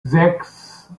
sechs